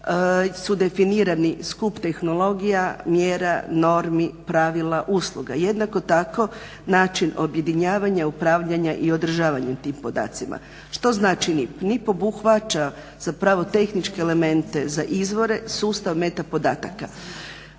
su definirani skup tehnologija, mjera, normi, pravila, usluge. Jednako tako način objedinjavanja, upravljanja i održavanja tim podacima. Što znači NIP? NIP obuhvaća zapravo tehničke elemente za izvore, sustav meta podataka.